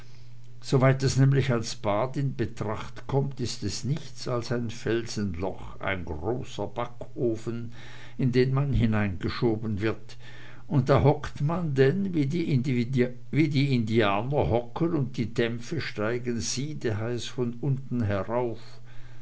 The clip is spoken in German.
soweit es nämlich als bad in betracht kommt ist es nichts als ein felsenloch ein großer backofen in den man hineingeschoben wird und da hockt man denn wie die indianer hocken und die dämpfe steigen siedeheiß von unten herauf